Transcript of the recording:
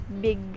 big